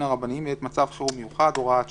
הרבניים בעת מצב חירום מיוחד) (הוראת שעה),